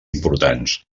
importants